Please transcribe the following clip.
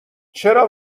چرا